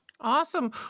Awesome